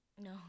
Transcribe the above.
no